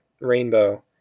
rainbow